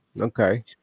Okay